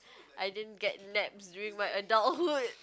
I didn't get naps during my adulthood